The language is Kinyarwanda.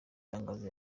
tangazo